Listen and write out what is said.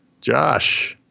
Josh